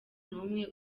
n’umwe